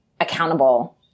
accountable